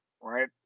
right